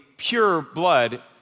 pure-blood